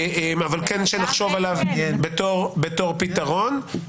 אבל כן נחשוב עליו בתור פתרון.